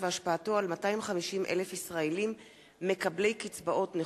והשפעתו על 250,000 ישראלים מקבלי קצבאות נכות,